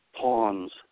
pawns